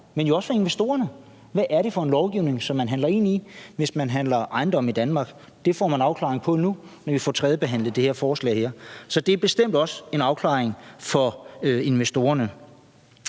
men jo også for investorerne, for hvad er det for en lovgivning, som man handler ind i, hvis man handler med ejendomme i Danmark? Det får man afklaring på nu, når vi får tredjebehandlet det forslag her. Så det er bestemt også en afklaring for investorerne.